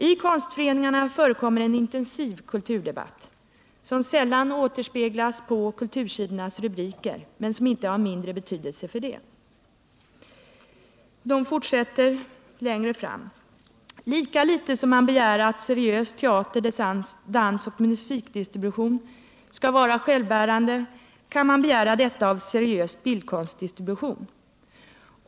I konstföreningarna förekommer en intensiv kulturdebatt, som sällan återspeglas i kultursidornas rubriker men som inte är av mindre betydelse för det.” Längre fram heter det: ”Lika litet som man begär att seriös teater-, dansoch musikdistribution skall vara självbärande kan man begära detta av seriös bildkonstdistribution.